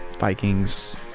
vikings